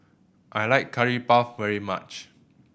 I like Curry Puff very much